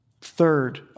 Third